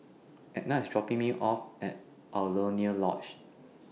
Edna IS dropping Me off At Alaunia Lodge